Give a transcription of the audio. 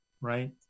right